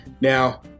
Now